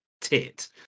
tit